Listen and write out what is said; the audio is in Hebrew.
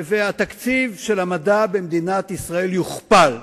והתקציב של המדע במדינת ישראל יוכפל,